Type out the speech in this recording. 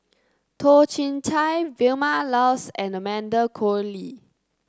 Toh Chin Chye Vilma Laus and Amanda Koe Lee